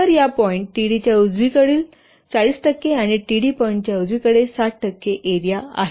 तर या point T D च्या डावीकडील 40 टक्के आणि T D पॉईंटच्या उजवीकडे 60 टक्के एरिया आहे